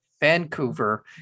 Vancouver